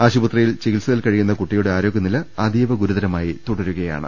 ആശുപത്രിയിൽ ചികിത്സയിൽ കഴിയുന്ന കുട്ടി യുടെ ആരോഗ്യനില അതീവ ഗുരുതരമായി തുടരുകയാണ്